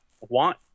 want